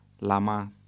Lama